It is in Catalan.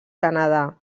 canadà